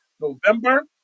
November